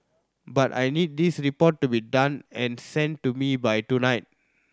but I need this report to be done and sent to me by tonight